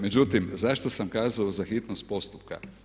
Međutim, zašto sam kazao za hitnost postupka?